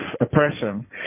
oppression